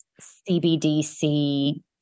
CBDC